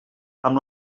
amb